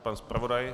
Pan zpravodaj?